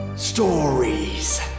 Stories